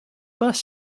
bus